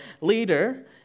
leader